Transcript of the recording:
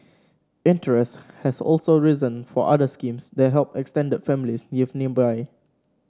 interest has also risen for other schemes that help extended families live nearby